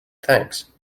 thanks